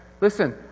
listen